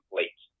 late